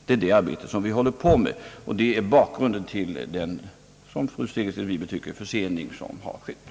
Detta är bakgrunden till det som fru Segerstedt Wiberg anser vara en försening.